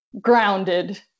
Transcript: grounded